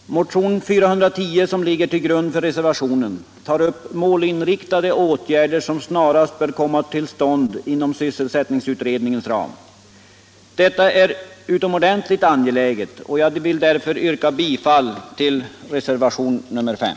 Motion 410, som ligger till grund för reservationen, tar upp målinriktade åtgärder som snarast bör komma till stånd inom sysselsättningsutredningens ram. Dessa är utomordentligt angelägna, och jag vill därför yrka bifall till reservationen 5.